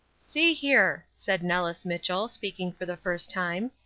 see here, said nellis mitchell, speaking for the first time.